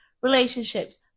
relationships